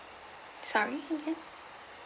sorry again